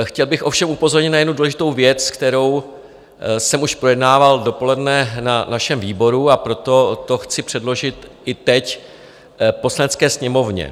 Chtěl bych ovšem upozornit na jednu důležitou věc, kterou jsem už projednával dopoledne na našem výboru, a proto to chci předložit i teď v Poslanecké sněmovně.